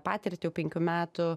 patirtį jau penkių metų